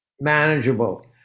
manageable